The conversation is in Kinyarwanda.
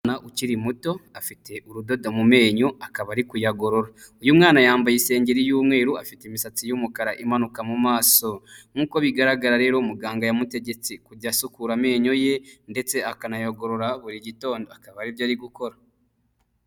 Umwana ukiri muto afite urudodo mu menyo akaba ari kuyagorora, uyu mwana yambaye insengeri y'umweru afite imisatsi y'umukara imanuka mu maso nk'uko bigaragara rero muganga yamutegetse kujya asukura amenyo ye ndetse akanayogorora buri gitondo akaba aribyo ari gukora.